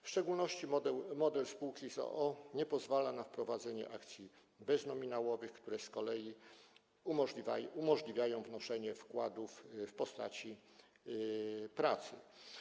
W szczególności model spółki z o.o. nie pozwala na wprowadzenie akcji beznominałowych, które z kolei umożliwiają wnoszenie wkładów w postaci pracy.